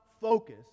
focus